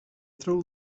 throw